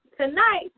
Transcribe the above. tonight